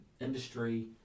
industry